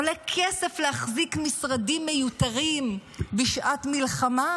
עולה כסף להחזיק משרדים מיותרים בשעת מלחמה